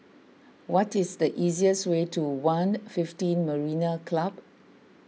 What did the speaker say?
what is the easiest way to one fifteen Marina Club